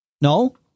No